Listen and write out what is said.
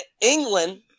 England